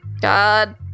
God